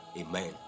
Amen